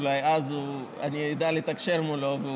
אולי אז אני אדע לתקשר מולו.